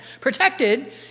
protected